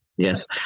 Yes